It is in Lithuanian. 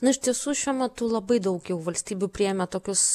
na iš tiesų šiuo metu labai daug jau valstybių priėmė tokius